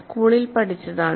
സ്കൂളിൽ പഠിച്ചതാണ്